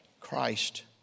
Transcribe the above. Christ